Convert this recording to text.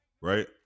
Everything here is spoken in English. right